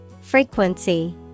Frequency